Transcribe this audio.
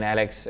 Alex